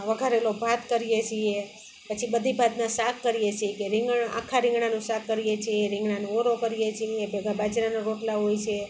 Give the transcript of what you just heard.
આ વઘારેલો ભાત કરીએ છીએ પછી બધી ભાતના શાક કરીએ છીએ કે રીંગણ આખા રીંગણનું શાક કરીએ છીએ રીંગણનો ઓળો કરીએ છીએ ભેગા બાજરાના રોટલા હોય છે